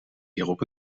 hierop